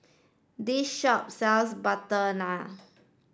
this shop sells butter naan